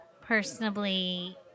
personally